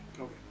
Okay